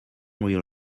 will